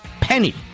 penny